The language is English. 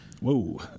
whoa